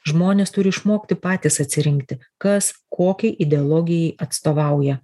žmonės turi išmokti patys atsirinkti kas kokiai ideologijai atstovauja